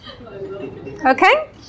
okay